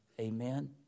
Amen